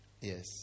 Yes